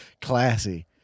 Classy